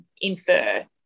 infer